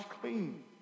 clean